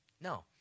No